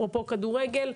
אפרופו כדורגל,